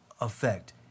effect